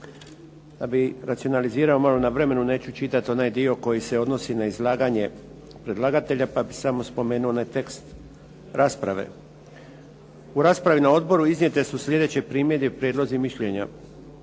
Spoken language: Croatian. Da bi racionalizirao malo na vremenu, neću čitati onaj dio koji se odnosi na izlaganje predlagatelja, pa bi samo spomenuo onaj tekst rasprave. U raspravi na odboru iznijete su slijedeće primjedbe, prijedlozi i mišljenja.